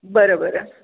बरं बरं